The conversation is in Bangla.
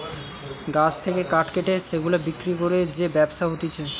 গাছ থেকে কাঠ কেটে সেগুলা বিক্রি করে যে ব্যবসা হতিছে